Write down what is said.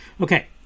Okay